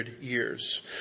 years